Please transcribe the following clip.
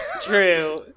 True